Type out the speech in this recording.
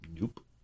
Nope